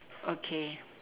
okay